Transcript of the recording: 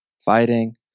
fighting